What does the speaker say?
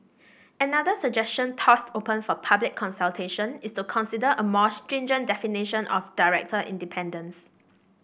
another suggestion tossed open for public consultation is to consider a more stringent definition of director independence